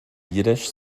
yiddish